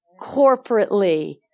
corporately